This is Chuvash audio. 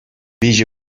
виҫӗ